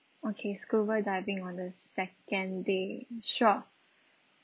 okay scuba diving on the second day sure